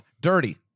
Dirty